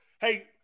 Hey